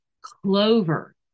Clover